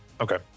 Okay